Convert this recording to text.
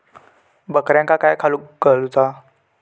बकऱ्यांका काय खावक घालूचा?